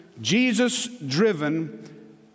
Jesus-driven